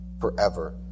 forever